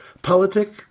politic